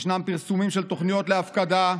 יש פרסומים של תוכניות להפקדה,